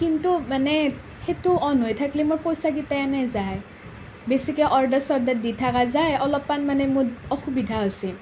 কিন্তু মানে সেইটো অন হৈ থাকিলে মোৰ পইচাকেইটা এনেই যায় বেছিকে অৰ্ডাৰ চৰ্ডাৰ দি থকা যায় অলপমান মানে মোৰ অসুবিধা হৈছে